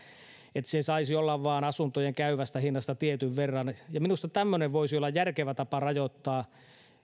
että se saisi olla vain asuntojen käyvästä hinnasta tietyn verran minusta tämmöinen voisi olla järkevä tapa rajoittaa